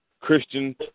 Christian